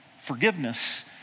Forgiveness